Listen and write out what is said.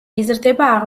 იზრდება